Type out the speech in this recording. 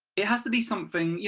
it has to be something,